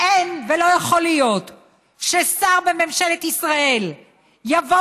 אין ולא יכול להיות ששר בממשלת ישראל יבוא